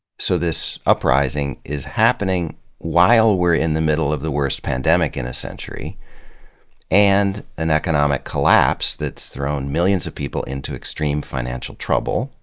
so this uprising is happening while we're in the middle of the worst pandemic in a century and an economic collapse that's thrown millions of people into extreme financial trouble.